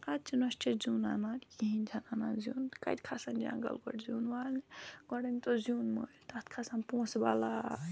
اَزچہِ نۄشہِ چھےٚ زیُن اَنان کِہیٖنۍ چھَنہٕ اَنان زیُن کَتہِ کھَسن جنٛگل گۄڈٕ زیُن والنہِ گۄڈٕ أنۍ تو زیُن مٔلۍ تَتھ پونٛسہٕ بَلاے